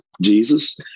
Jesus